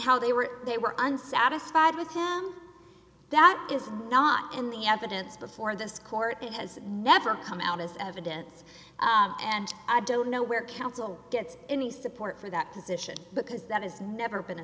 how they were they were unsatisfied with him that is not in the evidence before this court and has never come out as evidence and i don't know where counsel gets any support for that position because that has never been a